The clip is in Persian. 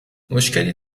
مشکلی